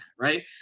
right